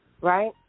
right